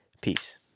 Peace